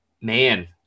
Man